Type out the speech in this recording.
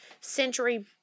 century